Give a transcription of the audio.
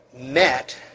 met